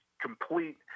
complete